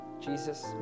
Jesus